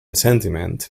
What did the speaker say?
sentiment